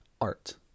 Art